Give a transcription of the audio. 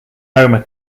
homer